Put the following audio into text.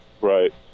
Right